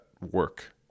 work